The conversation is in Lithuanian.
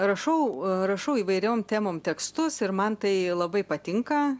rašau rašau įvairiom temom tekstus ir man tai labai patinka